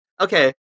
Okay